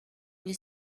you